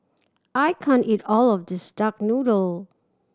I can't eat all of this duck noodle